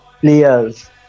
players